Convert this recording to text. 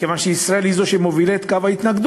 מכיוון שישראל היא זו שמובילה את קו ההתנגדות,